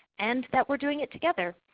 and that we are doing it together.